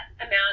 amount